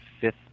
fifth